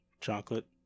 chocolate